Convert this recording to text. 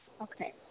Okay